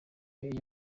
iyo